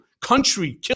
Country